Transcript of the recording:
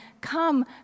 Come